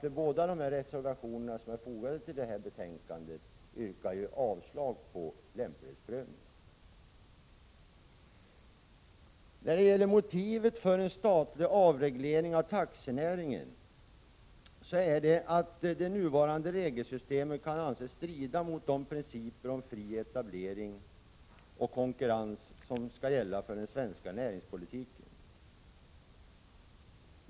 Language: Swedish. I båda de reservationer som fogats till betänkandet yrkas avslag på kravet på lämplighetsprövning. Motivet för en statlig avreglering av taxinäringen är att det nuvarande regelsystemet kan anses strida mot de principer om fri etablering och konkurrens som skall gälla för den svenska näringspolitiken.